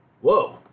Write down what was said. whoa